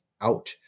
out